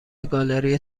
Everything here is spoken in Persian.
گالری